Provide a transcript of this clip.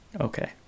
Okay